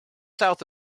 south